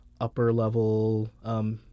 upper-level